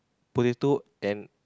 potato and